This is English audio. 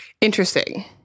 Interesting